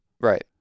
Right